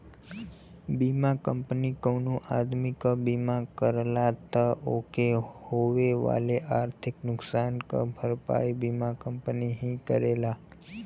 बीमा कंपनी कउनो आदमी क बीमा करला त ओके होए वाले आर्थिक नुकसान क भरपाई बीमा कंपनी ही करेला